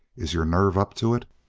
is your nerve up to it?